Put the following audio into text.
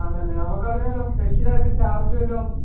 ആണല്ലേ നമുക്കതിന് സ്പെഷ്യലായിട്ട് ചാർജ് വല്ലതും